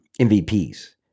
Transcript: MVPs